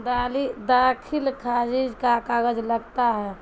دالی داخل کاج کا کاغذ لگتا ہے